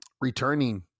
returning